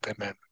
Amen